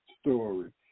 story